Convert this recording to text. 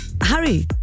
harry